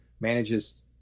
manages